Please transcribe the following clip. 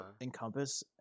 encompass